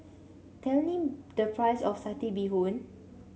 tell me the price of Satay Bee Hoon